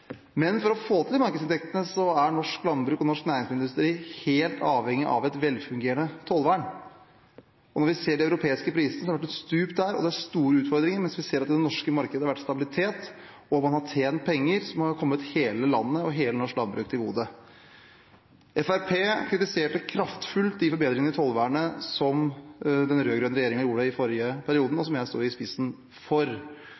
Men for å få til de markedsinntektene er norsk landbruk og norsk næringsmiddelindustri helt avhengig av et velfungerende tollvern. Vi ser at det har vært et stup for de europeiske prisene, og det er store utfordringer, mens vi ser at det i det norske markedet har vært stabilitet, og at man har tjent penger, som har kommet hele landet og hele det norske landbruket til gode. Fremskrittspartiet kritiserte kraftfullt de forbedringene i tollvernet som den rød-grønne regjeringen gjorde i forrige periode, og som jeg sto i spissen for.